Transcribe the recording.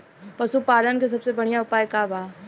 पशु पालन के सबसे बढ़ियां उपाय का बा?